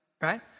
Right